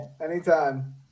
Anytime